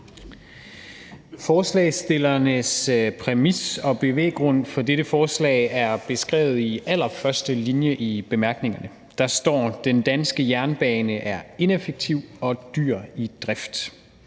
Forslagsstillernes præmis og bevæggrund for dette forslag er beskrevet i allerførste linje i bemærkningerne. Der står: »Den danske jernbane er ineffektiv og dyr i drift.«